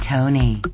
Tony